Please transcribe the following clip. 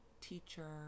teacher